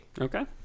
Okay